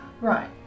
Right